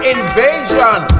Invasion